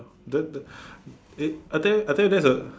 that that it I tell you tell you that's a